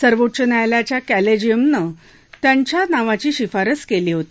सर्वोच्च न्यायालयाच्या कालेजियमनं त्यांच्या नावाची शिफारस केली होती